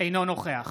אינו נוכח